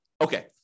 Okay